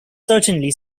certainly